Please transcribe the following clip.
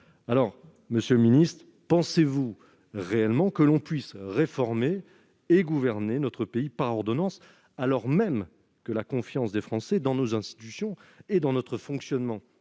alors Monsieur le Ministre, pensez-vous réellement que l'on puisse réformer et gouverner notre pays par ordonnances, alors même que la confiance des Français dans nos institutions et dans notre fonctionnement